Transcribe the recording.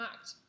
act